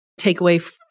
takeaway